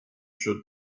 should